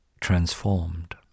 transformed